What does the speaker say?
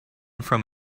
from